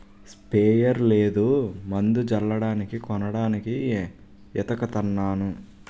sprayer లేదు మందు జల్లడానికి కొనడానికి ఏతకతన్నాను